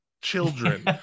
children